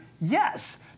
Yes